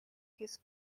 his